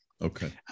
Okay